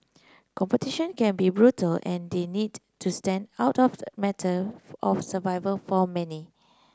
competition can be brutal and the need to stand out of a matter of survival for many